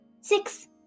Six